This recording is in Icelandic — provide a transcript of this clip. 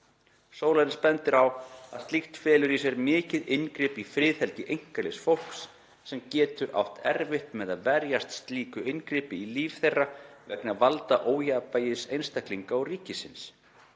Solaris bendir á að slíkt felur í sér mikið inngrip í friðhelgi einkalífs fólks sem getur átt erfitt með að verjast slíku inngripi í líf þeirra vegna valdaójafnvægis einstaklinga og ríkisins.